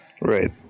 Right